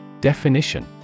Definition